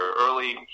early